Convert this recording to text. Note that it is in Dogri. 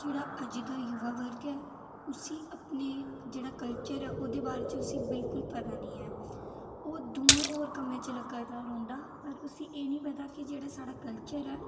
जेह्ड़ा अज्ज दा युवा वर्ग ऐ उसी अपने जेह्ड़ा कल्चर ऐ ओह्दे बारे च उसी बिलकुल पता निं ऐ ओह् दूऐ होर कम्में च लग्गा दा रौह्ंदा पर उसी एह् निं पता कि जेह्ड़ा साढ़ा कल्चर ऐ